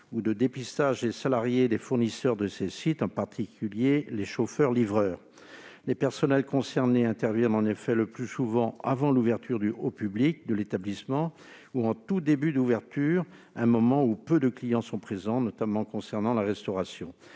ou de dépistage les salariés des fournisseurs de ces sites, en particulier les chauffeurs-livreurs. Les personnels concernés interviennent en effet le plus souvent avant l'ouverture au public de l'établissement ou au tout début de l'ouverture, à un moment ou peu de clients sont présents, surtout dans la restauration.